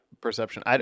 perception